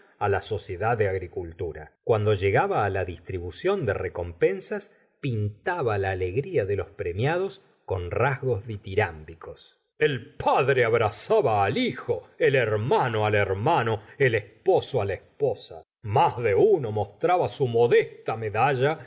la sociedad de agricultura cuando llegaba la distribución de recompensas pintaba la alegría de los premiados con rasgos ditirmbicos el padre abrazaba al hijo el hermano al hermano el esposo la esposa mas de uno mostraba su modesta medalla